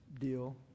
deal